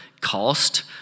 cost